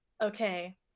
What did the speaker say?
Okay